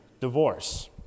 divorce